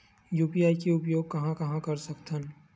UPI के उपयोग कहां कहा कर सकत हन?